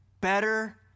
better